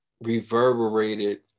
reverberated